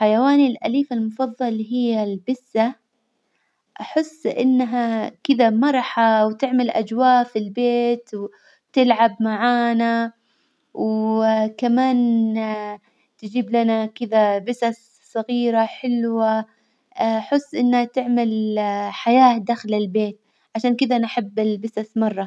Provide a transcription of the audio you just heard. حيواني الأليف المفظل هي البسة، أحس إنها كذا مرحة وتعمل أجواء في البيت، وتلعب معانا، وكمان تجيب لنا كذا بسس صغيرة حلوة أحس إنها تعمل حياة داخل البيت، عشان كذا أنا أحب البسس مرة.